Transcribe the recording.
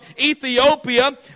Ethiopia